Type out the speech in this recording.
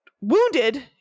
wounded